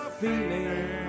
feeling